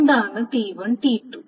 എന്താണ് T1 T2